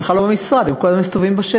הם בכלל לא במשרד, הם כל הזמן מסתובבים בשטח.